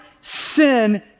sin